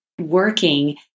working